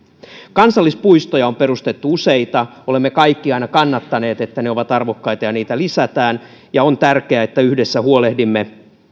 kansallispuistoja on perustettu useita olemme kaikki aina kannattaneet sitä että ne ovat arvokkaita niitä lisätään on tärkeää että yhdessä huolehdimme